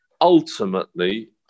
ultimately